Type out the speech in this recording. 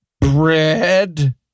bread